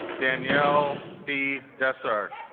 danielle be des so argh